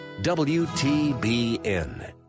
WTBN